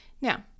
Now